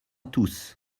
tous